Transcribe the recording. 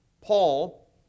Paul